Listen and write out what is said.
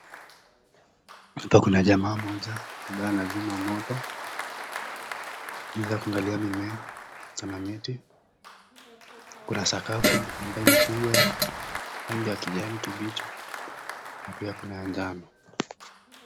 Hapa kuna jamaa mmoja ambaye anazima moto. Naweza kuangalia mimea na miti. Kuna sakafu ambayo imepigwa rangi ya kijani kibichi na pia kuna ya njano.